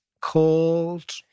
called